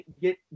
Get